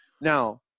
Now